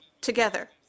together